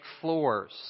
floors